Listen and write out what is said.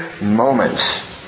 moment